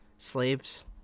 Slaves